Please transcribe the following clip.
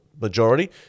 majority